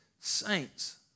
saints